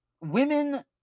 Women